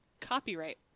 Copyright